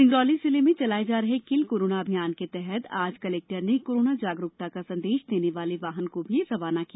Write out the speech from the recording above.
सिंगरौली जिले में चलाए जा रहे किल कोरोना अभियान के तहत आज कलेक्टर ने कोरोना जागरूकता का संदेश देने वाले वाहन को रवाना किया